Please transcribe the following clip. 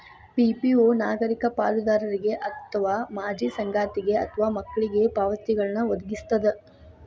PPO ನಾಗರಿಕ ಪಾಲುದಾರರಿಗೆ ಅಥವಾ ಮಾಜಿ ಸಂಗಾತಿಗೆ ಅಥವಾ ಮಕ್ಳಿಗೆ ಪಾವತಿಗಳ್ನ್ ವದಗಿಸ್ತದ